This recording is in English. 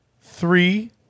three